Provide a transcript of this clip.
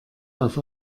auf